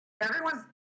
Everyone's